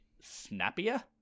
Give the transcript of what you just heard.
snappier